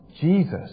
Jesus